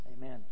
amen